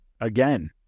again